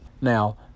Now